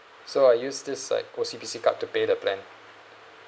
so I use this like O_C_B_C card to pay the plan